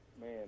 man